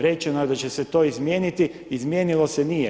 Rečeno je da će se to izmijeniti, izmijenilo se nije.